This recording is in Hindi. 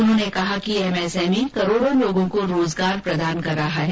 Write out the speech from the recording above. उन्होंने कहा कि एमएसएमई करोड़ों लोगों को रोजगार प्रदान कर रहा है